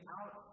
out